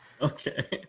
Okay